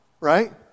Right